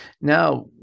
now